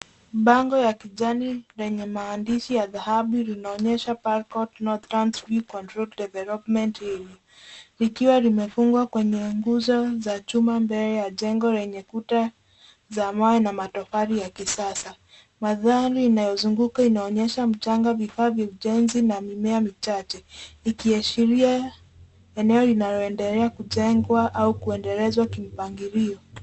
Bango ya kijani lenye maandishi ya dhahabu linaonyesha pearl court northlands view controlled development area . Likiwa limefungwa kwenye nguzo za chuma mbele ya jengo lenye kuta za mawe na matofali ya kisasa. Mandhari inayozunguka inaonyesha mchanga vifaa vya ujenzi na mimea michache, ikiashiria eneo linaloendelea kujengwa au kuendelezwa kimpangilio.